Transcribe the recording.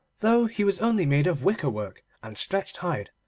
though he was only made of wicker work and stretched hide,